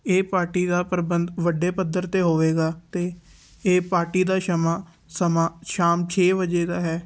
ਇਹ ਪਾਰਟੀ ਦਾ ਪ੍ਰਬੰਧ ਵੱਡੇ ਪੱਧਰ 'ਤੇ ਹੋਵੇਗਾ ਅਤੇ ਇਹ ਪਾਰਟੀ ਦਾ ਸ਼ਮਾ ਸਮਾਂ ਸ਼ਾਮ ਛੇ ਵਜੇ ਦਾ ਹੈ